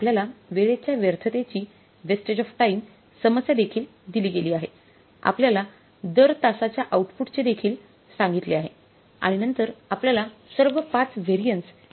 आपल्याला वेळेच्या व्यर्थतेची समस्या देखील दिली गेली आहे आपल्याला दर तासाच्या आऊटपुटचे देखील सांगितले आहे आणि नंतर आपल्याला सर्व ५ व्हॅरियन्स किंवा ६ व्हॅरियन्स मोजावी लागतील